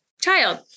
child